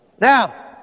Now